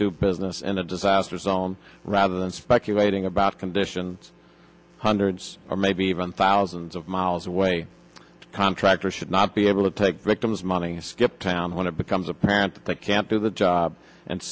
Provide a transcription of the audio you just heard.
do business in a disaster zone rather than speculating about conditions hundreds or maybe even thousands of miles away contractor should not be able to take victims money skip town when it becomes a pair they can't do the job and